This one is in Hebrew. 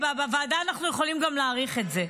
בוועדה אנחנו יכולים גם להאריך את זה.